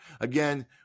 Again